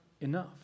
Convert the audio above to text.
enough